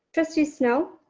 trustee snell.